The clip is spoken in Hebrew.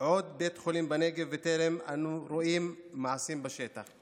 עוד בית חולים בנגב ואנו טרם רואים מעשים בשטח.